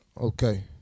Okay